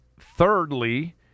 thirdly